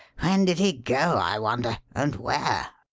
when did he go, i wonder, and where?